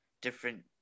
different